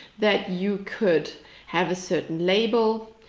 that you could have a certain label.